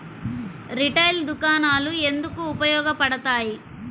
Retail దుకాణాలు ఎందుకు ఉపయోగ పడతాయి?